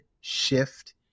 shift